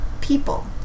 people